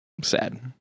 sad